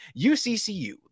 UCCU